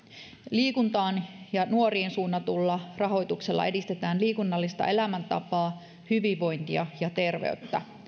liikuntaan ja nuoriin suunnatulla rahoituksella edistetään liikunnallista elämäntapaa hyvinvointia ja terveyttä